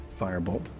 firebolt